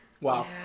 wow